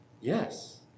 Yes